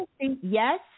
yes